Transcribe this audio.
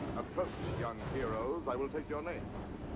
approach, young heroes. i will take your names.